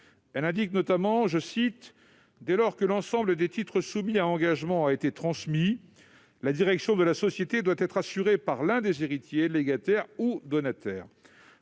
Elle indique notamment :« Dès lors que l'ensemble des titres soumis à engagement a été transmis, la direction de la société doit être assurée par l'un des héritiers, légataire ou donataire. »